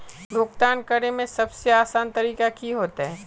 भुगतान करे में सबसे आसान तरीका की होते?